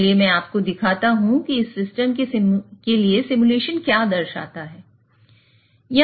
चलिए मैं आपको दिखाता हूं कि इस सिस्टम के लिए सिमुलेशन क्या दर्शाता है